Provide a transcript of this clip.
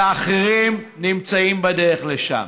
והאחרים נמצאים בדרך לשם.